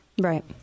right